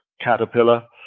Caterpillar